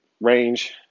range